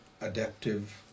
adaptive